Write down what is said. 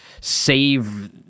save